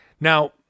Now